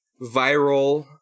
viral